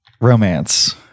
Romance